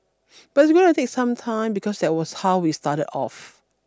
but it's gonna take some time because that was how we started off